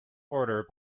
order